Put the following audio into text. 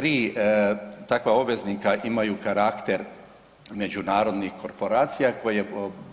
Tri takva obveznika imaju karakter međunarodnih korporacija koje